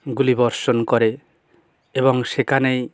গুলি বর্ষণ করে এবং সেখানেই